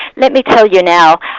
let me tell you now.